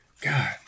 God